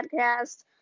podcast